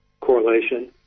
correlation